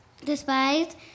despised